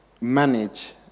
manage